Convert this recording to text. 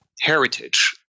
heritage